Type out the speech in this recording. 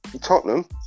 Tottenham